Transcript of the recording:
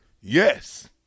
yes